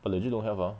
but legit don't have ah